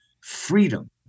freedom